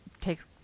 takes